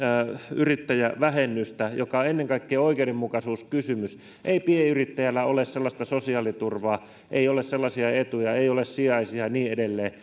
yrittäjävähennystä joka on ennen kaikkea oikeudenmukaisuuskysymys ei pienyrittäjällä ole sellaista sosiaaliturvaa ei ole sellaisia etuja ei ole sijaisia ja niin edelleen